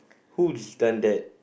who done that